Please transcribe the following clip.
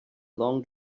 long